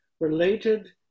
Related